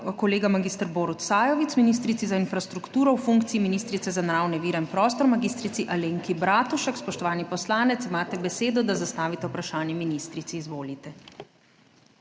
kolega mag. Borut Sajovic ministrici za infrastrukturo v funkciji ministrice za naravne vire in prostor mag. Alenki Bratušek. Spoštovani poslanec, imate besedo, da zastavite vprašanje ministrici. Izvolite.